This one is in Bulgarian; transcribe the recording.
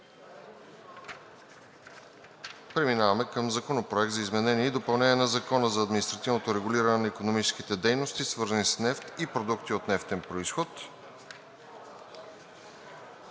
гласуване Законопроект за изменение и допълнение на Закона за административното регулиране на икономическите дейности, свързани с нефт и продукти от нефтен произход,